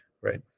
right